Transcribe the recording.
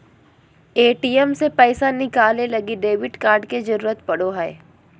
ATM से पैसा निकाले लगी डेबिट कार्ड के जरूरत पड़ो हय